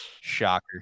Shocker